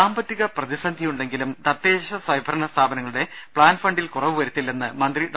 സാമ്പത്തികൃ പ്രതിസന്ധിയുണ്ടെങ്കിലും തദ്ദേശസ്ഥയംഭരണ സ്ഥാപനങ്ങളുടെ പ്ലാൻ ഫണ്ടിൽ കുറവ് വരുത്തില്ലെന്ന് മന്ത്രി ഡോ